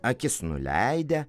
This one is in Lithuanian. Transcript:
akis nuleidę